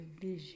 vision